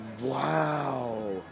Wow